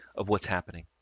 of what's happening.